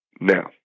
Now